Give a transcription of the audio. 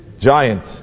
giant